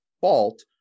fault